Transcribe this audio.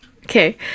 okay